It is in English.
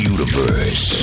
Universe